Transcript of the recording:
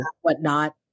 whatnot